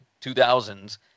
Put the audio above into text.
2000s